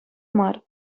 мар